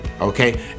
Okay